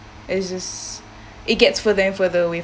it just it gets further and further away